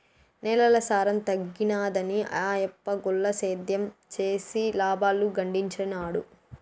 నేలల సారం తగ్గినాదని ఆయప్ప గుల్ల సేద్యం చేసి లాబాలు గడించినాడు